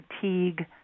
fatigue